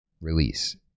release